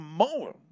more